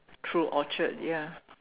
through Orchard ya